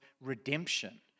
redemption